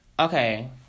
Okay